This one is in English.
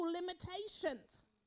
limitations